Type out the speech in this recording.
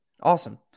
Awesome